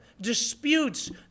disputes